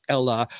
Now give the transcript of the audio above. Ella